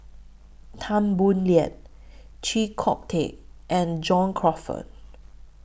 Tan Boo Liat Chee Kong Tet and John Crawfurd